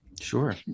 Sure